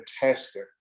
fantastic